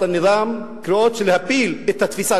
אל-נִטַ'אם" קריאות להפיל את התפיסה?